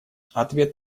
ответ